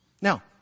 Now